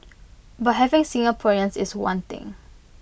but having Singaporeans is one thing